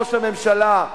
ראש הממשלה,